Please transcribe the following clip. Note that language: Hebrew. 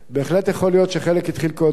בהחלט יכול להיות שחלק התחיל קודם,